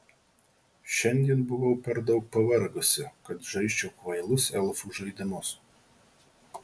šiandien buvau per daug pavargusi kad žaisčiau kvailus elfų žaidimus